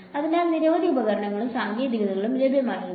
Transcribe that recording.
അതിനാൽ നിരവധി ഉപകരണങ്ങളും സാങ്കേതികതകളും ലഭ്യമായിരുന്നു